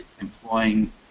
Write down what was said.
employing